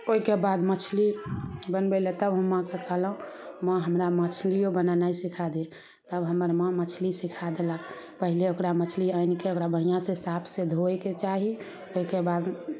ओहिके बाद मछली बनबै लऽ तब हम माँके कहलहुॅं माँ हमरा मछलियो बनेनाइ सीखा दे तब हमर माँ मछली सीखा देलक पहिले ओकरा मछली आनिके ओकरा बढ़िऑं से साफ से धोयके चाही ओहिके बाद